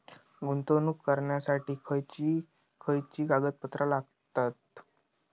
गुंतवणूक करण्यासाठी खयची खयची कागदपत्रा लागतात?